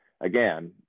again